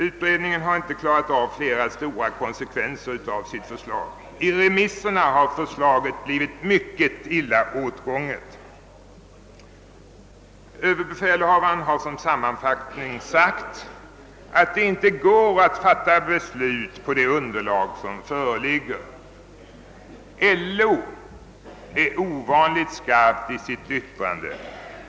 Utredningen har inte redovisat flera stora konsekvenser av sitt förslag. Vid remissbehandlingen har förslaget blivit mycket illa åtgånget. Överbefälhavaren säger sammanfattande, att det inte går att lägga utredningen till grund för ett beslut. Landsorganisationen är ovanligt skarp i sitt yttrande.